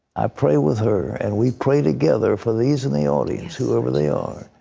i pray with her. and we pray together for these in the audience, whoever they are.